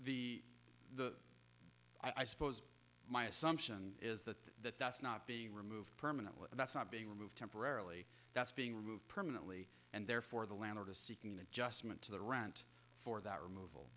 the the i suppose my assumption is that that that's not being removed permanently that's not being removed temporarily that's being removed permanently and therefore the landlord a seeking adjustment to the rent for that removal